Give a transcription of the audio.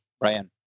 Ryan